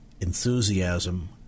enthusiasm